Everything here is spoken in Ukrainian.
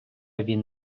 він